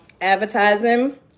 advertising